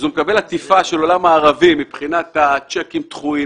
הוא מקבל עטיפה של עולם מערבי מבחינת הצ'קים הדחויים,